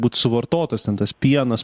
būt suvartotas ten tas pienas